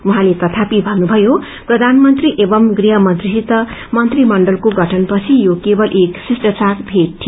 उहाँले तथापि भन्नुभयो प्रयनमन्त्री एवं गृहमन्त्रीसित मन्त्रीमण्डलको गठनपछि यो केवल एक शिष्टावार भेट थियो